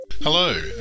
Hello